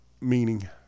meaning